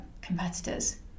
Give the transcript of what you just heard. competitors